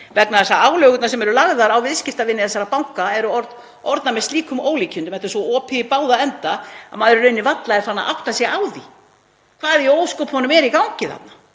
fyrir það. Álögurnar sem eru lagðar á viðskiptavini þessara banka eru orðnar með slíkum ólíkindum, þetta er svo opið í báða enda, að maður er í rauninni varla farinn að átta sig á því hvað í ósköpunum er í gangi þarna.